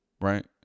right